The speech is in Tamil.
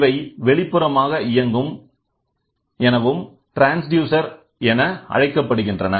இவை வெளிப்புறமாக இயங்கும் எனவும் ட்ரான்ஸ்டியூசர் என அழைக்கப்படுகின்றன